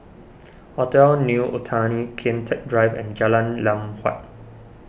Hotel New Otani Kian Teck Drive and Jalan Lam Huat